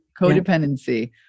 codependency